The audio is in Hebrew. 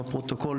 בפרוטוקול,